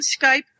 Skype